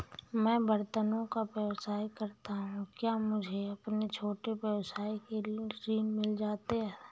मैं बर्तनों का व्यवसाय करता हूँ क्या मुझे अपने छोटे व्यवसाय के लिए ऋण मिल सकता है?